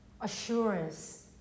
assurance